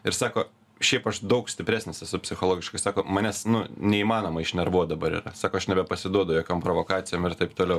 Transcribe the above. ir sako šiaip aš daug stipresnis esu psichologiškai sako manęs nu neįmanoma iš nervuot dabar ir sako aš nebepasiduodu jokiom provokacijom ir taip toliau